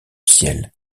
ciel